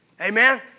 Amen